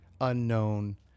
unknown